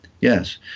yes